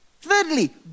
Thirdly